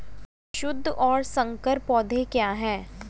शुद्ध और संकर पौधे क्या हैं?